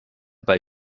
bei